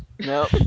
No